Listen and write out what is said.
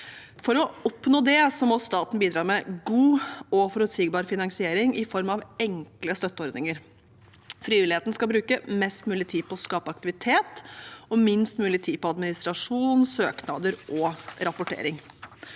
For å oppnå det må staten bidra med god og forutsigbar finansiering i form av enkle støtteordninger. Frivilligheten skal bruke mest mulig tid på å skape aktivitet og minst mulig tid på administrasjon, søknader og rapportering.